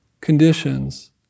conditions